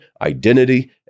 identity